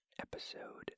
episode